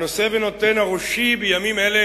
הנושא ונותן הראשי בימים אלה